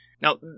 Now